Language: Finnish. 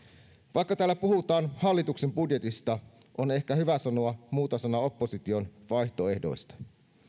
vaikka täällä puhutaan hallituksen budjetista on ehkä hyvä sanoa muutama sana opposition vaihtoehdoista